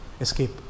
escape